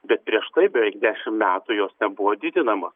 bet prieš tai beveik dešimt metų jos nebuvo didinamos